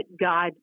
God